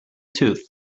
tooth